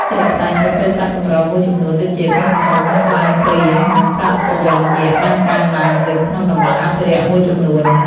ជាក់ស្តែង ប្រភេទសត្វកម្រមួយចំនួនដូចជា ខ្លាឃ្មុំ ស្វាព្រាហ្មណ៍ និងសត្វត្រយងយក្ស បានកើនឡើងវិញក្នុងតំបន់អភិរក្សមួយចំនួន។